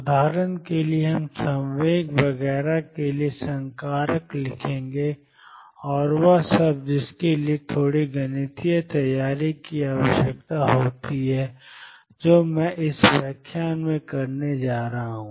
उदाहरण के लिए हम संवेग वगैरह के लिए संकारक लिखेंगे और वह सब जिसके लिए थोड़ी गणितीय तैयारी की आवश्यकता होती है जो मैं इस व्याख्यान में करने जा रहा हूं